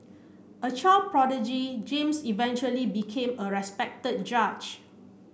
a child prodigy James eventually became a respected judge